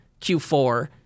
Q4